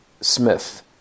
Smith